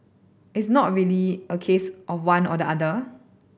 it's not really a case of one or the other